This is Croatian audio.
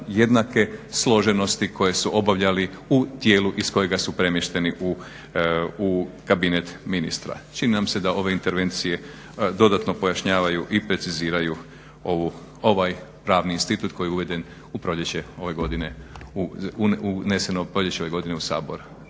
jednake složeno koje su obavljali u tijelu iz kojega su premješteni u kabinet ministra. Čini nam se da ove intervencije dodatno pojašnjavaju i preciziraju ovaj pravni institut koji je uveden u proljeće